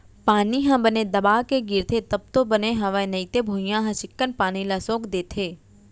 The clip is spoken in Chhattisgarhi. पानी ह बने दबा के गिरथे तब तो बने हवय नइते भुइयॉं ह चिक्कन पानी ल सोख देथे